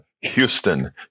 Houston